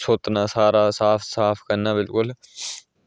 सौतना सारा ते साफ रक्खना सारा